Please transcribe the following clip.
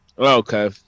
Okay